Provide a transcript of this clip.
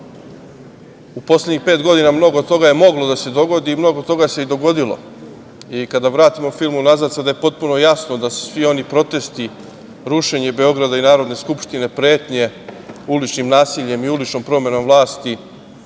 U poslednjih pet godina mnogo toga je moglo da se dogodi i mnogo toga se i dogodilo. Kada vratimo film unazad, sada je potpuno jasno da su svi oni protesti, rušenje Beograda i Narodne skupštine, pretnje uličnim nasiljem i uličnom promenom vlasti,